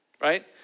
right